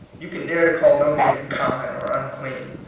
you can dare to call no man common or un clean.